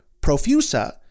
Profusa